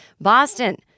Boston